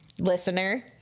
Listener